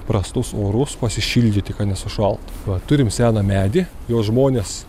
prastus orus pasišildyti kad nesušaltų va turim seną medį jo žmones